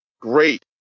Great